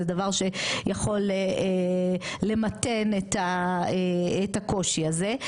זה דבר שיכול למתן את הקושי הזה,